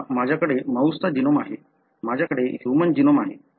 आता माझ्याकडे माऊसचा जीनोम आहे माझ्याकडे ह्यूमन जीनोम आहे